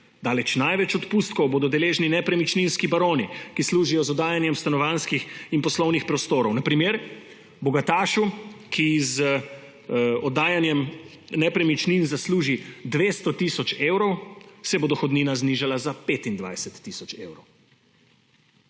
Daleč največ odpustkov bodo deležni nepremičninski baroni, ki služijo z oddajanjem stanovanjskih in poslovnih prostorov. Na primer, bogatašu, ki z oddajanjem nepremičnin zasluži 200 tisoč evrov, se bo dohodnina znižala za 25 tisoč evrov.